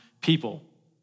people